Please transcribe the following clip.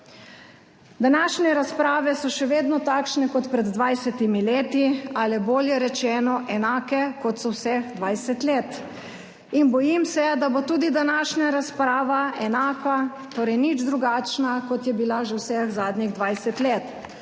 Današnje razprave so še vedno takšne kot pred 20 leti ali, bolje rečeno, enake kot so vseh 20 let in bojim se, da bo tudi današnja razprava enaka, torej nič drugačna, kot je bila že vseh zadnjih 20 let.